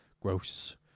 Gross